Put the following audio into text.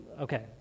okay